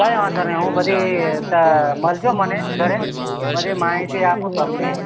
કાઇ વાંધો નહી હું બધી મળજો મને ઘરે બધી માહિતી આપું તમને